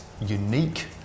unique